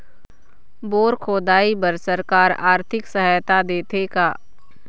Bore खोदाई बर सरकार आरथिक सहायता देथे का?